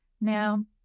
Now